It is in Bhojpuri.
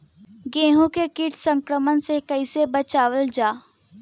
गेहूँ के कीट संक्रमण से कइसे बचावल जा?